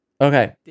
Okay